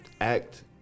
act